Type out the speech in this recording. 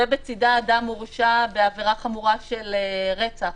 ובצידה אדם מורשע בעבירה חמורה של רצח,